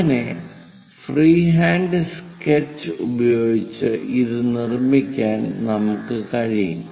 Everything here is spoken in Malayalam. അങ്ങനെ ഫ്രീ ഹാൻഡ് സ്കെച്ച് ഉപയോഗിച്ച് ഇത് നിർമ്മിക്കാൻ നമുക്ക് കഴിയും